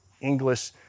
English